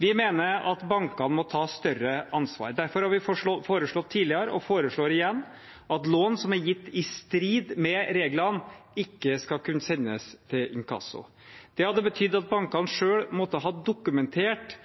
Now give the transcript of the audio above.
Vi mener at bankene må ta større ansvar. Derfor har vi foreslått tidligere, og foreslår igjen, at lån som er gitt i strid med reglene, ikke skal kunne sendes til inkasso. Det hadde betydd at bankene selv måtte ha dokumentert